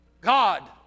God